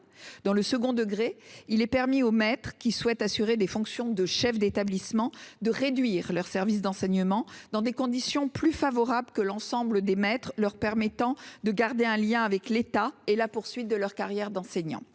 Dans le second degré, il est permis aux maîtres qui souhaitent assurer les fonctions de chef d'établissement de réduire leur service d'enseignement dans des conditions plus favorables que celles de l'ensemble des maîtres, ce qui leur permet de garder un lien avec l'État et de poursuivre leur carrière d'enseignant.